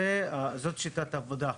זאת שיטת העבודה.